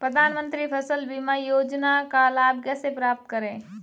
प्रधानमंत्री फसल बीमा योजना का लाभ कैसे प्राप्त करें?